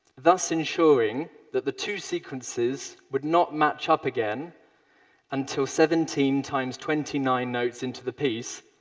thus ensuring that the two sequences would not match up again until seventeen times twenty nine notes into the piece,